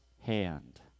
hand